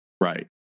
Right